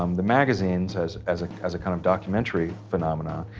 um the magazines as, as a, as a kind of documentary phenomena.